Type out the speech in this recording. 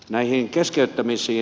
näihin keskeyttämisiin